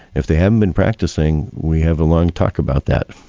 if they haven't been practicing we have a long talk about that.